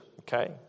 okay